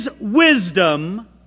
wisdom